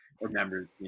remember